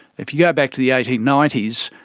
if you go back to the eighteen ninety s,